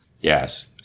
Yes